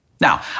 Now